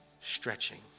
stretching